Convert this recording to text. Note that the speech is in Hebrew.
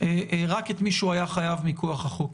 רק את מי שהוא היה חייב מכוח החוק.